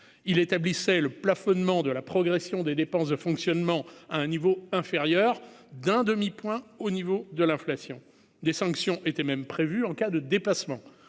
il établissait le plafonnement de la progression des dépenses de fonctionnement, à un niveau inférieur d'un demi-point au niveau de l'inflation des sanctions était même prévue en cas de dépassement,